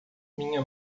minha